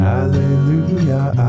Hallelujah